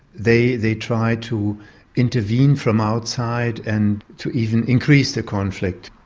they they try to intervene from outside and to even increase the conflict.